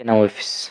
نوافذ